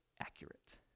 accurate